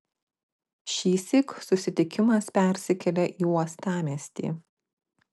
šįsyk susitikimas persikelia į uostamiestį